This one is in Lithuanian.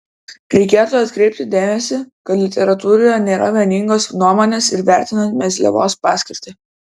reikėtų atkreipti dėmesį kad literatūroje nėra vieningos nuomonės ir vertinant mezliavos paskirtį